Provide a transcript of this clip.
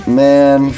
man